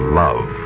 love